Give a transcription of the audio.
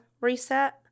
reset